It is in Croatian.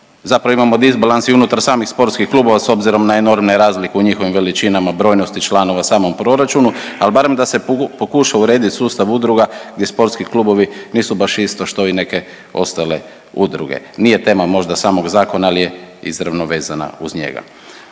zapravo imamo disbalans i unutar samih sportskih klubova s obzirom na enormne razlike u njihovim veličinama, brojnosti članova u samom proračunu, ali barem da se pokuša urediti sustav udruga gdje sportski klubovi nisu baš isto što i neke ostale udruge. Nije tema možda samog zakona, ali je izravno vezana uz njega.